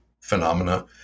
phenomena